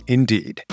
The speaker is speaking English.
Indeed